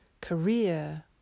career